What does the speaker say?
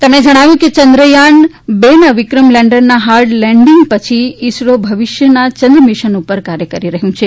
તેમણે ણાવ્યું છે કેચંદ્રયાન ટુ ના વિક્રમ લેન્ડરના હાર્ડ લેન્ડીંગ પછી ઇસરો ભવિષ્યના ચંદ્ર મિશન ઉપર કાર્ય કરી રહ્યું છે